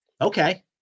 Okay